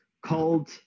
called